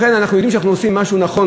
לכן, אנחנו יודעים שאנחנו עושים משהו נכון